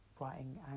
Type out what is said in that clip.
writing